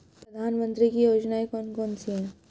प्रधानमंत्री की योजनाएं कौन कौन सी हैं?